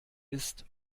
ist